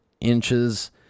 inches